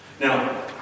Now